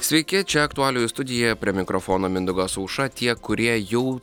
sveiki čia aktualijų studija prie mikrofono mindaugas aušra tie kurie jau